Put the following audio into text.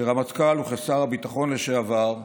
כרמטכ"ל וכשר הביטחון לשעבר,